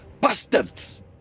bastards